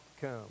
come